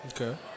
Okay